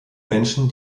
menschen